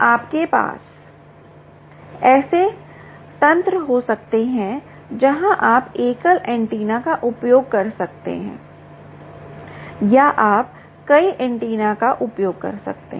आपके पास ऐसे तंत्र हो सकते हैं जहां आप एकल एंटीना का उपयोग कर सकते हैं या आप कई एंटीना का उपयोग कर सकते हैं